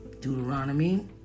Deuteronomy